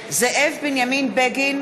זאב בנימין בגין,